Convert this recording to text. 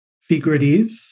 figurative